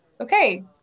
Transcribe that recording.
Okay